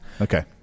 Okay